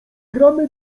gramy